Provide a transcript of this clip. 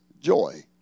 joy